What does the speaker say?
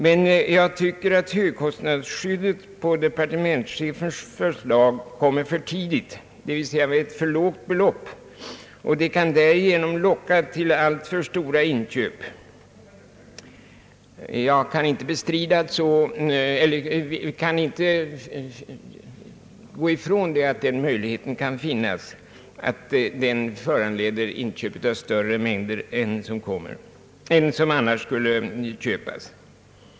Men jag tycker att högkostnads skyddet i departementschefens förslag kommer för tidigt, dvs. vid ett för lågt belopp. Därigenom kan det locka till alltför stora inköp. Jag kan inte komma ifrån att rabatteringen kanske leder till inköp av större mängder än som annars skulle köpas.